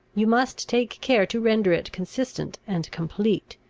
you must take care to render it consistent and complete.